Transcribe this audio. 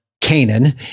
canaan